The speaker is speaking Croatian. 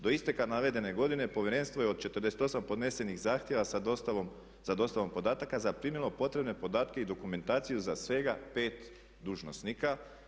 Do isteka navedene godine Povjerenstvo je od 48 podnesenih zahtjeva sa dostavom podataka zaprimilo potrebne podatke i dokumentaciju za svega 5 dužnosnika.